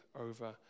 over